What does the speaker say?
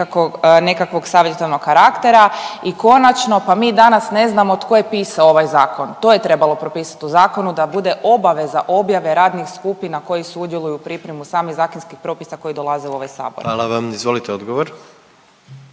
nekakvog savjetodavnog karaktera i konačno pa mi danas ne znamo tko je pisao ovaj zakon. To je trebalo propisat u zakonu da bude obaveza objave radnih skupina koji sudjeluju u pripremu samih zakonskih propisa koji dolaze u ovaj sabor. **Jandroković, Gordan